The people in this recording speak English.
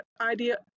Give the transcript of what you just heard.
idea